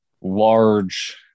large